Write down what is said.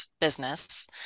business